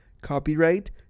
Copyright